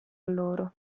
loro